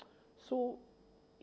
so